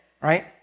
Right